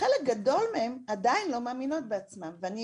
חלק גדול מהן עדיין לא מאמינות בעצמן ואני